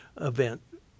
event